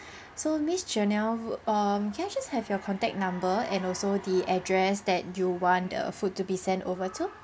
so miss janelle um can I just have your contact number and also the address that you want the food to be sent over to